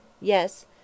Yes